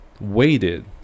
waited